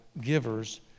givers